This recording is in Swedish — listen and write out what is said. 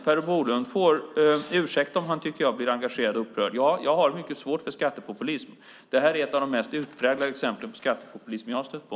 Per Bolund får ursäkta om han tycker att jag blir engagerad och upprörd. Men jag har mycket svårt för skattepopulism. Detta är ett av de mest utpräglade exemplen på skattepopulism som jag har stött på.